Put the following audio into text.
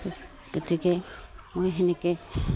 গতিকে মই সেনেকৈ